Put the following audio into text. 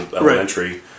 elementary